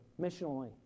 missionally